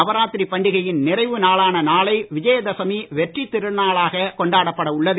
நவராத்திரி பண்டிகையின் நிறைவு நாளான நாளை விஜயதசமி வெற்றித் திருநாளாகக் கொண்டாடப்பட உள்ளது